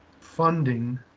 funding